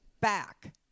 back